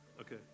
okay